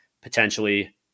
potentially